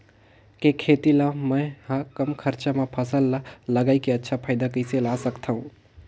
के खेती ला मै ह कम खरचा मा फसल ला लगई के अच्छा फायदा कइसे ला सकथव?